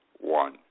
one